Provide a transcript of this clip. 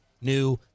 new